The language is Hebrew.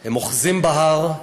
הם אוחזים בהר,